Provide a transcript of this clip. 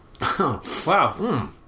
Wow